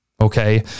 Okay